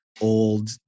old